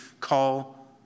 call